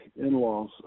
in-laws